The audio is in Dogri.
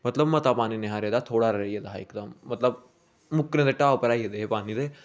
मतलब मता पानी निं हा रेह् दा थोह्ड़ा हारा रेही गेदा हा इकदम मतलब मुक्कने दे टाह् पर आई गेदे हे पानी दे